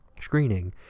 screening